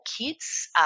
kids